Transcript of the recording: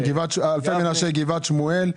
אלפי מנשה, גבעת שמואל,